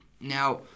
Now